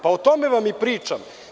Pa, o tome vam i pričam.